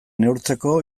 neurtzeko